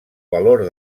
valor